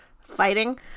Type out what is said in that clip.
fighting